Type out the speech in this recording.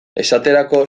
esaterako